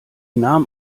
nahm